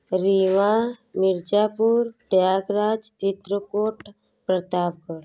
Rewa Mirzapur Prayagraj Chitrakoot Pratapgarh